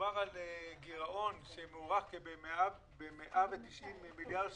מדובר על גירעון שמוערך ב-190 מיליארד שקלים,